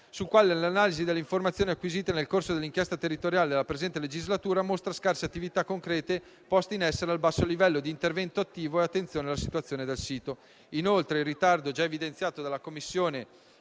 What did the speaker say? sul quale l'analisi delle informazioni acquisite nel corso dell'inchiesta territoriale nella presente legislatura mostra scarse attività concrete poste in essere e un basso livello di intervento attivo e di attenzione sulla situazione del sito. Inoltre, il ritardo già evidenziato dalla Commissione